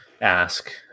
ask